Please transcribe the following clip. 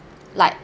like